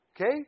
Okay